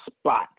spot